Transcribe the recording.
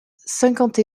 cinquante